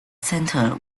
center